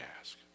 ask